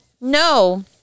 no